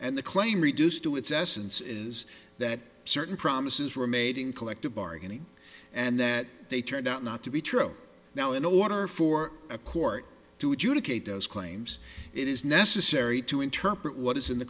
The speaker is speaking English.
and the claim reduced to its essence is that certain promises were made in collective bargaining and that they turned out not to be true now in order for a court to adjudicate those claims it is necessary to interpret what is in the